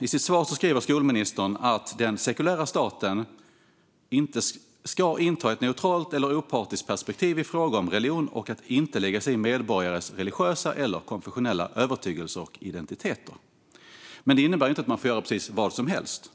I sitt svar säger skolministern att den sekulära staten ska inta ett neutralt och opartiskt perspektiv i frågor om religion och inte lägga sig i medborgarnas religiösa och konfessionella övertygelser och identiteter. Det innebär dock inte att man får göra precis vad som helst.